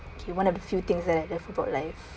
okay one of the few things that I Iove about life